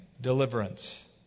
deliverance